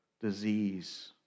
disease